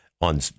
on